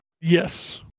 Yes